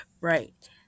Right